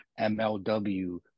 MLW